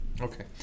Okay